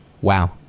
Wow